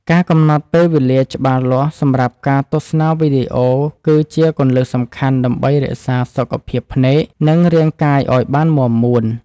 ការកំណត់ពេលវេលាច្បាស់លាស់សម្រាប់ការទស្សនាវីដេអូគឺជាគន្លឹះសំខាន់ដើម្បីរក្សាសុខភាពភ្នែកនិងរាងកាយឱ្យបានមាំមួន។